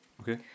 Okay